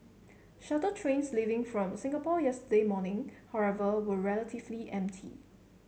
shuttle trains leaving from Singapore yesterday morning however were relatively empty